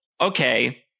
okay